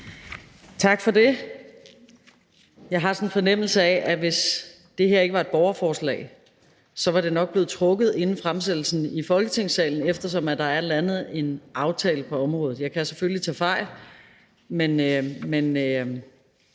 Tak for det. Jeg har sådan en fornemmelse af, at hvis det her ikke var et borgerforslag, var det nok blevet trukket tilbage inden behandlingen i Folketingssalen, eftersom der er landet en aftale på området. Jeg kan selvfølgelig tage fejl, men